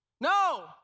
No